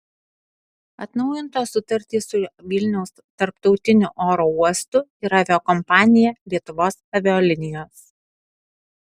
atnaujintos sutartys su vilniaus tarptautiniu oro uostu ir aviakompanija lietuvos avialinijos